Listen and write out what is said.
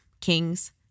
kings